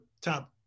top